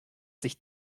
sich